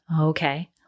Okay